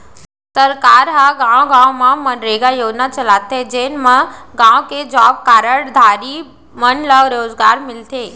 सरकार ह गाँव गाँव म मनरेगा योजना चलाथे जेन म गाँव के जॉब कारड धारी मन ल रोजगार मिलथे